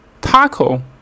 Taco